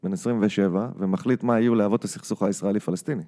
בן 27, ומחליט מה יהיו להבות הסכסוך הישראלי-פלסטיני.